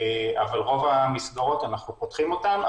רוב המסגרת אנחנו פותחים אותן.